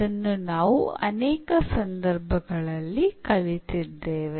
ಅದನ್ನು ನಾವು ಅನೇಕ ಸಂದರ್ಭಗಳಲ್ಲಿ ಕಲಿತಿದ್ದೇವೆ